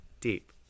Deep